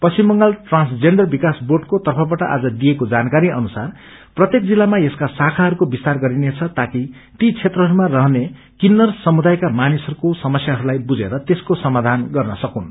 पश्चिम बांगल ट्रान्सजेण्डर पिकास बोँडको तफबाट आज दिइएको जानकारी अनुसार प्रत्येक जिल्लामा यसका शाखाहरूको विस्तार गरिनेछ ताकि ती क्षेत्रहरूमा रहने किन्नर समुदायका मानिसहस्क्वे समस्याताई बुझेर त्यको सामाधानगर्न सकून्